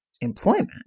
employment